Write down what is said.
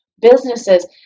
businesses